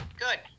Good